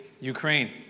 Ukraine